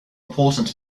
important